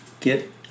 get